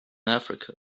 africa